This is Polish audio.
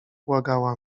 błagała